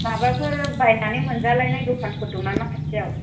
माबाफोर बायनानै मोनजालायनाय दखानफोर दं नामा खाथियाव